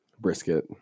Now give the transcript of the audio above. Brisket